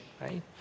right